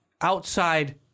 outside